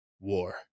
war